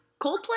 Coldplay